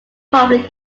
public